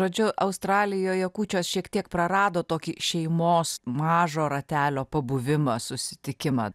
žodžiu australijoje kūčios šiek tiek prarado tokį šeimos mažo ratelio pabuvimą susitikimą